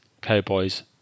Cowboys